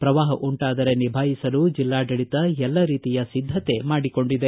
ಪ್ರವಾಪ ಉಂಟಾದರೆ ನಿಭಾಯಿಸಲು ಜಿಲ್ಲ ಆಡಳಿತ ಎಲ್ಲ ರೀತಿಯ ಸಿದ್ದತೆ ಮಾಡಿಕೊಂಡಿದೆ